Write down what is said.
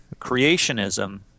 creationism